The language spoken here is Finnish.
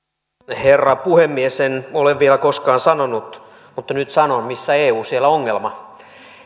herra puhemies en ole vielä koskaan sanonut mutta nyt sanon missä eu siellä ongelma